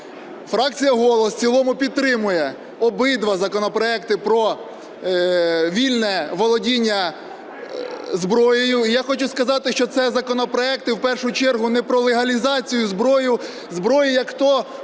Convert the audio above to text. Фракція "Голос" в цілому підтримує обидва законопроекти про вільне володіння зброєю. Я хочу сказати, що це законопроекти в першу чергу не про легалізацію зброї, як-то